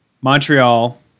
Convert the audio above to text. Montreal